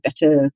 better